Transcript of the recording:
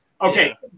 Okay